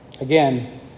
Again